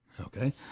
Okay